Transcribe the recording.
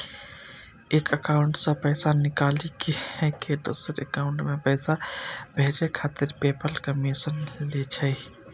एक एकाउंट सं पैसा निकालि कें दोसर एकाउंट मे पैसा भेजै खातिर पेपल कमीशन लै छै